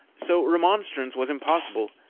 so remonstrance was impossible,